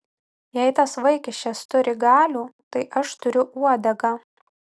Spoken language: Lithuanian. jei tas vaikiščias turi galių tai aš turiu uodegą